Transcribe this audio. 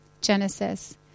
Genesis